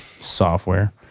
software